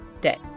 day